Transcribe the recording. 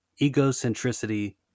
egocentricity